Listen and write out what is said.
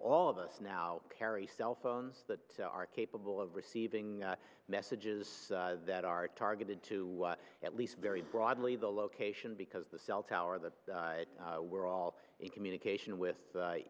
all of us now carry cell phones that are capable of receiving messages that are targeted to at least very broadly the location because the cell tower that we're all in communication with